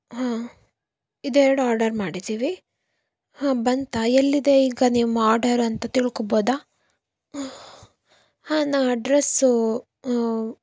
ಹಾಂ ಇದೆರಡು ಆರ್ಡರ್ ಮಾಡಿದ್ದೀವಿ ಹಾಂ ಬಂತಾ ಎಲ್ಲಿದೆ ಈಗ ನಿಮ್ಮ ಆರ್ಡರ್ ಅಂತ ತಿಳ್ಕೋಬೋದಾ ಹಾಂ ನಾವು ಅಡ್ರೆಸ್ಸು